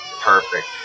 Perfect